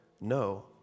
No